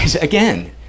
again